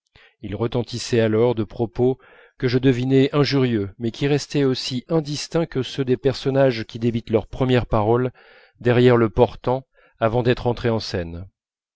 il retentissait alors de propos que je devinais injurieux mais qui restaient aussi indistincts que ceux des personnages qui débitent leurs premières paroles derrière le portant avant d'être entrés en scène